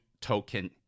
token